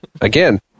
Again